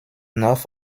north